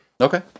Okay